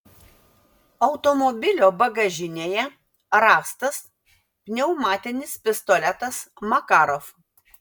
automobilio bagažinėje rastas pneumatinis pistoletas makarov